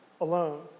alone